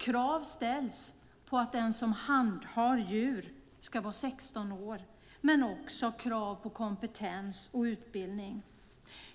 Krav ställs på att den som handhar djur ska vara 16 år, men det ställs också krav på kompetens och utbildning.